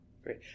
Great